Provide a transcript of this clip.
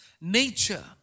nature